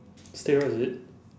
steroids is it